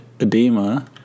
edema